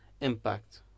impact